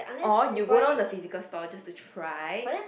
or you go down the physical store just to try